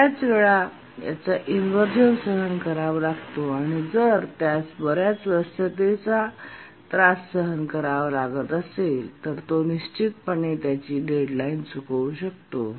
बर्याच वेळा याचा इनव्हर्जन सहन करावा लागतो आणि जर त्यास बर्याच व्यस्ततेचा त्रास सहन करावा लागत असेल तर तो निश्चितपणे त्याची डेडलाईन चुकवू शकतो